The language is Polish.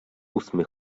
ósmy